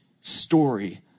story